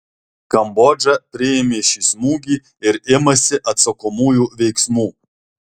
kambodža priėmė šį smūgį ir imasi atsakomųjų veiksmų